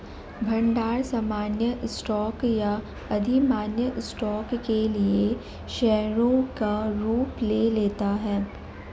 भंडार सामान्य स्टॉक या अधिमान्य स्टॉक के लिए शेयरों का रूप ले लेता है